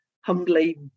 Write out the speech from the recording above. humbly